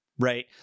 Right